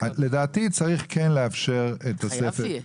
לדעתי כן צריך לאפשר תוספת,